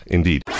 Indeed